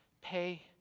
pay